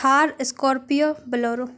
Thar scorpio bolero